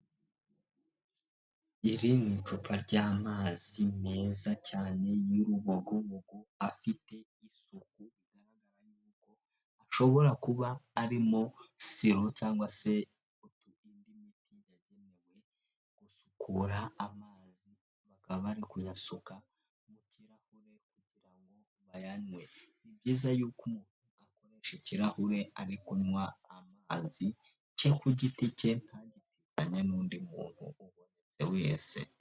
Iri ni icupa ry'amazi meza yane y'urubogobogu afite isuku